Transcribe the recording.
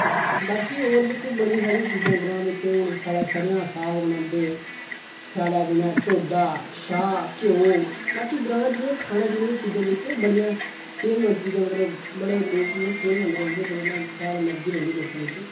ते बाकी होर जेह्की बड़ियां सरियां चीजां ग्रांऽ बिच्च हून साढ़े सरेयां दा साग बनांदे स्यालें दिनें टोडा शाह् घ्यौ बाकी ग्रांऽ च जियां खाने पीने आह्लियां चीजां जेह्कियां बड़ियां सेह्तमंद चीजां मतलब बड़े लोक इयां सेह्तमंद रौंह्दे ओह्दे कन्नै शैल एनर्जी रौंह्दी लोकें बिच्च